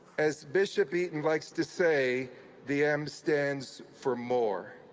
as bishop eaton likes to say the m stands for more.